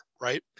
right